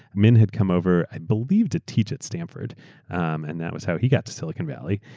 min had come over, i believe, to teach at stanford and that was how he got to silicon valley.